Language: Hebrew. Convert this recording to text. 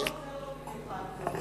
זה גם לא עוזר לו במיוחד, דב.